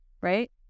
right